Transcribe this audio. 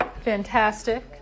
fantastic